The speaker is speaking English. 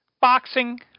Boxing